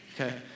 Okay